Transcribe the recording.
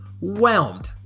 whelmed